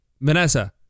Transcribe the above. Vanessa